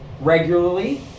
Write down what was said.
regularly